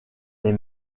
les